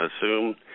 assume